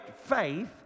faith